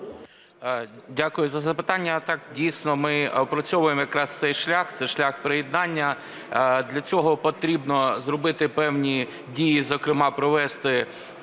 Дякую за запитання. Так, дійсно, ми опрацьовуємо якраз цей шлях – це шлях приєднання. Для цього потрібно зробити певні дії, зокрема, провести